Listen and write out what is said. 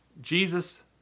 Jesus